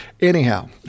Anyhow